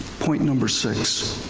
point number six.